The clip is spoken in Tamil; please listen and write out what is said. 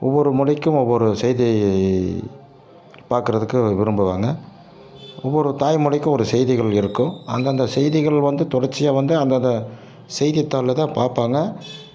ஒவ்வொரு மொழிக்கும் ஒவ்வொரு செய்தி பார்க்கறதுக்கு விரும்புறாங்க ஒவ்வொரு தாய்மொழிக்கும் ஒரு செய்திகள் இருக்கும் அந்தந்த செய்திகள் வந்து தொடர்ச்சியாக வந்து அந்தந்த செய்தித்தாளில் தான் பார்ப்பாங்க